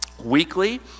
weekly